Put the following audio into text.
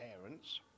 parents